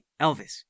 Elvis